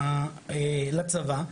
לצבא,